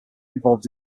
evolved